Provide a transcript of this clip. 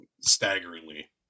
staggeringly